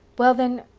well then,